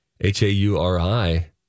H-A-U-R-I